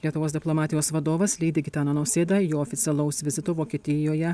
lietuvos diplomatijos vadovas lydi gitaną nausėdą jo oficialaus vizito vokietijoje